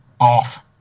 off